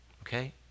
okay